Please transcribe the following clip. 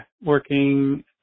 working